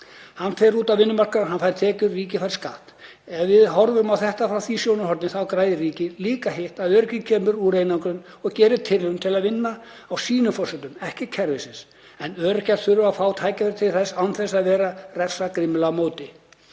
Hann fer út á vinnumarkaðinn, hann fær tekjur og ríkið fær skatt. Ef við horfum á þetta frá því sjónarhorni þá græðir ríkið líka hitt að öryrkinn kemur úr einangrun og gerir tilraunir til að vinna á sínum forsendum, ekki kerfisins, en öryrkjar þurfa að fá tækifæri til þess án þess að vera refsað grimmilega á móti.